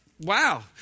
wow